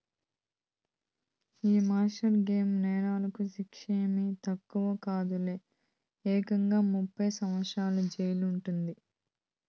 ఈ mortgage నేరాలకి శిచ్చేమీ తక్కువ కాదులే, ఏకంగా ముప్పై సంవత్సరాల జెయిలంట